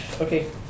Okay